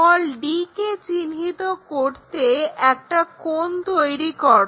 d কে চিহ্নিত করতে একটা কোণ তৈরি করো